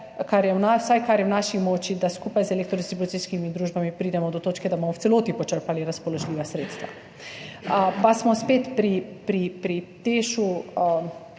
kar je v naši moči, da skupaj z elektrodistribucijskimi družbami pridemo do točke, da bomo v celoti počrpali razpoložljiva sredstva. Pa smo spet pri Tešu.